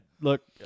look